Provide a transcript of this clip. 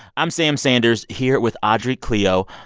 i'm sam sanders here with audrey cleo.